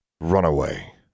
Runaway